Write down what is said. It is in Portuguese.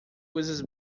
coisas